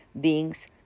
being's